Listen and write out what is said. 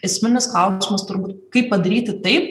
esminis klausimas turbūt kaip padaryti taip